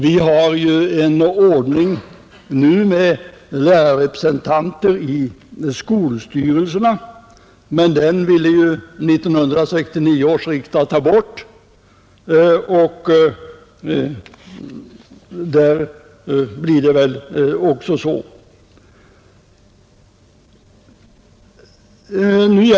Vi har nu en ordning med lärarrepresentanter i skolstyrelserna, men den ville ju 1969 års riksdag ta bort, och det kommer väl också att bli så.